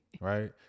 right